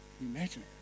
imagine